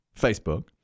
Facebook